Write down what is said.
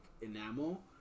enamel